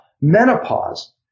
menopause